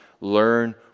Learn